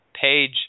page